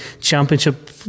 championship